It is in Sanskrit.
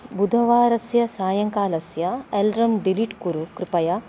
बुधवासरस्य सायङ्कालस्य अलार्म् डिलीट् कुरु कृपया